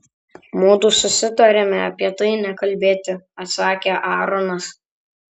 mudu susitarėme apie tai nekalbėti atsakė aaronas